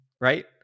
Right